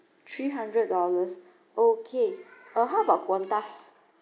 three hundred dollars okay uh how about Qantas